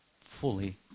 fully